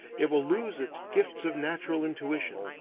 it will lose its gifts of natural intuition,